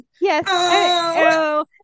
Yes